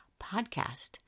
podcast